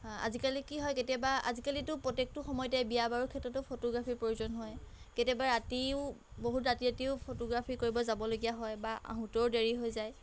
আজিকালি কি হয় কেতিয়াবা আজিকালিটো প্ৰত্যেকটো সময়তে বিয়া বাৰু ক্ষেত্ৰতো ফটোগ্ৰাফীৰ প্ৰয়োজন হয় কেতিয়াবা ৰাতিও বহুত ৰাতি ৰাতিও ফটোগ্ৰাফী কৰিব যাবলগীয়া হয় বা আহোঁতেও দেৰি হৈ যায়